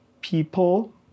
people